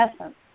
essence